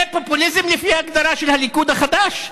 זה פופוליזם לפי ההגדרה של הליכוד החדש,